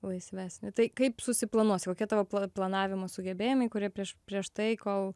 laisvesnį tai kaip susiplanuosi kokie tavo pla planavimo sugebėjimai kurie prieš prieš tai kol